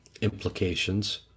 implications